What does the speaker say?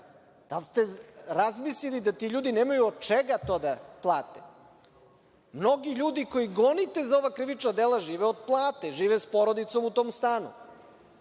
li ste razmislili da ti ljudi nemaju od čega to da plate? Mnoge ljude koje gonite za ova krivična dela, žive od plate, žive sa porodicom u tom stanu.